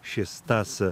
šis tas